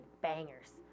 bangers